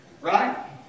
Right